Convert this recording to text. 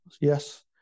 Yes